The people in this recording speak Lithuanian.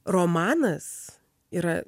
romanas yra